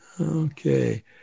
Okay